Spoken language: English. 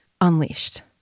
Unleashed